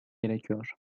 gerekiyor